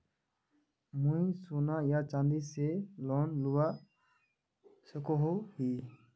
मुई सोना या चाँदी से लोन लुबा सकोहो ही?